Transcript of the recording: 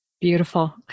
Beautiful